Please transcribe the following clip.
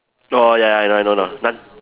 oh ya I know know na~